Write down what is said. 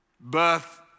birth